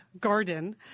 garden